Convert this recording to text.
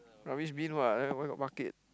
rubbish bin [what] then where got bucket